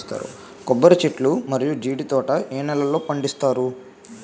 కొబ్బరి చెట్లు మరియు జీడీ తోట ఏ నేలల్లో పండిస్తారు?